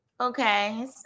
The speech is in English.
okay